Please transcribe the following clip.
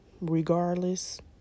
Regardless